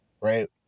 Right